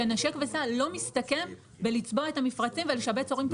ש'נשק וסע' לא מסתכם בלצבוע את המפרצים ולשבץ הורים תורנים,